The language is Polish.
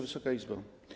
Wysoka Izbo!